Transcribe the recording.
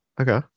okay